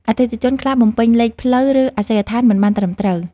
អតិថិជនខ្លះបំពេញលេខផ្លូវ ឬអាសយដ្ឋានមិនបានត្រឹមត្រូវ។